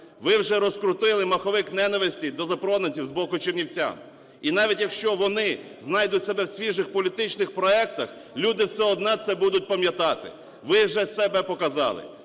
Ви вже розкрутили маховик ненависті до запроданців з боку чернівчан. І навіть якщо вони знайдуть себе в свіжих політичних проектах, люди все одно це будуть пам'ятати, ви вже себе показали.